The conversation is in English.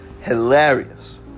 Hilarious